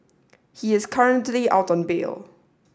he is currently out on bail